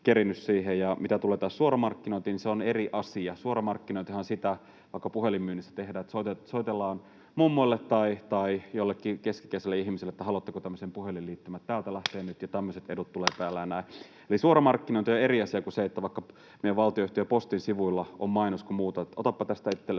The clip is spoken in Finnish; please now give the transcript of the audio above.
kerennyt siihen. Mitä tulee taas suoramarkkinointiin, niin se on eri asia. Suoramarkkinointihan on sitä, jota vaikka puhelinmyynnissä tehdään, että soitellaan mummoille tai joillekin keski-ikäisille ihmisille, että haluatteko tämmöisen puhelinliittymän, että täältä lähtee nyt ja tämmöiset edut tulevat päälle ja näin. Eli suoramarkkinointi on eri asia kuin se, että vaikka meidän valtionyhtiö Postin sivuilla on mainos, että kun muutat, niin otapa tästä itsellesi